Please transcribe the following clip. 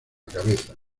cabeza